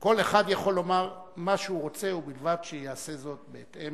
כל אחד יכול לומר מה שהוא רוצה ובלבד שהוא יעשה את זה בהתאם